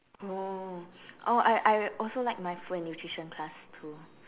oh oh I I also like my food and nutrition class too